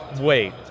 wait